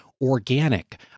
Organic